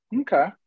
Okay